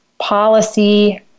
policy